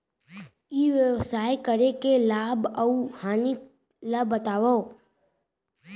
ई व्यवसाय करे के लाभ अऊ हानि ला बतावव?